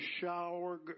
shower